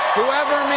whoever